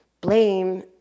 Blame